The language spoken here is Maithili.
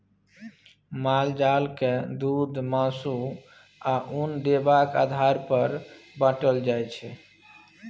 माल जाल के दुध, मासु, आ उन देबाक आधार पर बाँटल जाइ छै